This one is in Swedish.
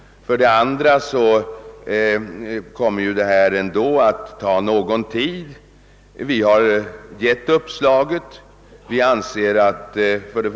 För det andra kommer eventuella förhandlingar ändå att ta någon tid. Den svenska regeringen har dock uppmärksammat denna möjlighet.